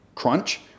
crunch